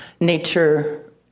nature